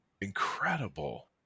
incredible